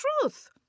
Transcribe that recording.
truth